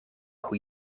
hoe